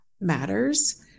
matters